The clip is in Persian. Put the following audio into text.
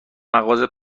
مغازه